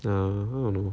no I don't know